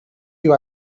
you